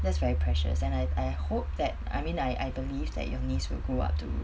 that's very precious and I I hope that I mean I I believe that your niece will go up to